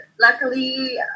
luckily